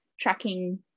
tracking